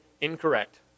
incorrect